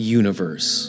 universe